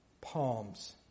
palms